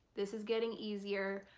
this is getting easier.